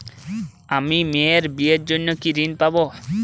আমি মেয়ের বিয়ের জন্য কি ঋণ পাবো?